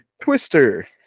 Twister